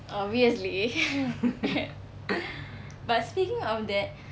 obviously but speaking of that